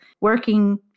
working